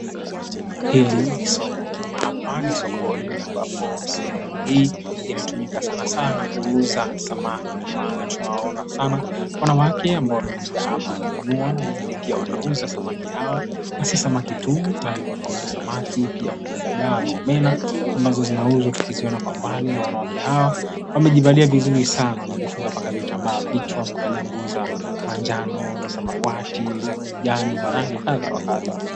Hili ni soko ama hapa ni sokoni ambapo sehemu hii inatumika sanasana kuuza samaki maana tunawaona sana, wanawake ambao wamekuja hapa kununua na wengine pia wanauza samaki hawa na si samaki tu bali wanauza samaki pia kuna dagaa ama omena ambazo zinauzwa tukiziona kwa mbali na wanawake hawa wamejivalia vizuri sana wamejifunga mpaka vitambaa vichwa wamevalia nguo za njano, za samawati za kijani na rangi kadha wa kadha.